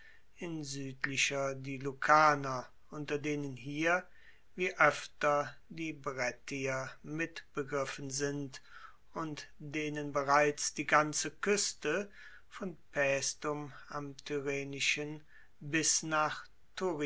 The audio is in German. in suedlicher die lucaner unter denen hier wie oefter die brettier mitbegriffen sind und denen bereits die ganze kueste von paestum am tyrrhenischen bis nach